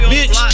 Bitch